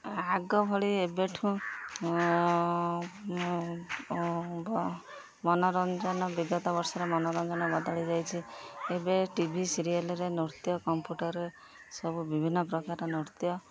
ଆଗ ଭଳି ଏବେଠୁ ମନୋରଞ୍ଜନ ବିଗତ ବର୍ଷରେ ମନୋରଞ୍ଜନ ବଦଳି ଯାଇଛି ଏବେ ଟିଭି ସିରିଏଲ୍ରେ ନୃତ୍ୟ କମ୍ପୁଟର୍ରେ ସବୁ ବିଭିନ୍ନ ପ୍ରକାର ନୃତ୍ୟ